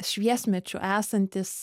šviesmečių esantys